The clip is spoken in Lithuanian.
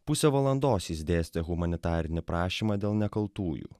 pusę valandos jis dėstė humanitarinį prašymą dėl nekaltųjų